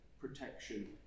protection